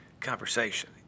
conversation